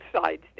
sides